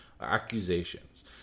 accusations